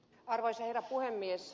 arvoisa herra puhemies